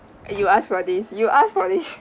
you ask for this you ask for this